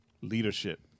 leadership